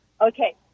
Okay